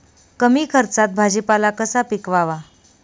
कमी खर्चात भाजीपाला कसा पिकवावा?